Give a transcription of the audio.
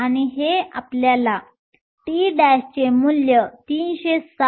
आणि हे आपल्याला T‵ चे मूल्य 307